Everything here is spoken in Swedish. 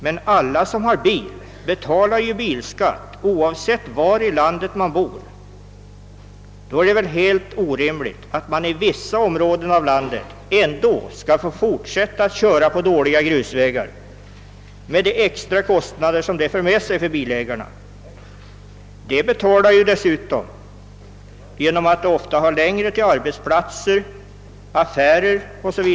Men alla som har bil betalar ju bilskatt, oavsett var i landet de bor. Då är det väl helt orimligt att man i vissa områden av landet skall få fortsätta att köra på dåliga grusvägar med de extra kostnader som det för med sig för bilägarna. På grund av att de som bor i dessa områden ofta har längre till arbetsplatser, affärer 0. sS. Vv.